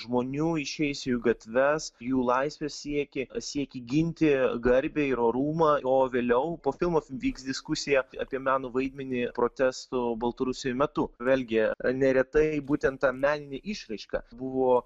žmonių išėjusių į gatves jų laisvės siekį siekį ginti garbę ir orumą o vėliau po filmo vyks diskusija apie meno vaidmenį protestų baltarusijoj metu vėlgi neretai būtent ta meninė išraiška buvo